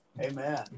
amen